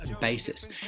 basis